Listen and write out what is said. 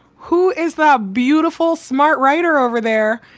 who is that beautiful smart rider over there?